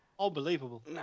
Unbelievable